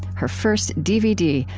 her first dvd,